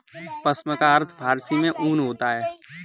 पश्म का अर्थ फारसी में ऊन होता है